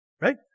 right